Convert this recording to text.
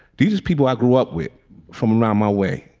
these people i grew up with from around my way.